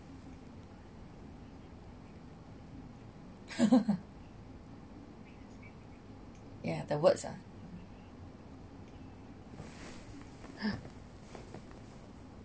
ya the words ah